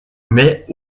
mais